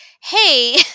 hey